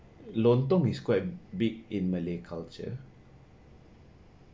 lontong is quite big in malay culture